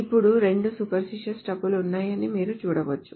ఇప్పుడు రెండు spurious tuples ఉన్నాయని మీరు చూడవచ్చు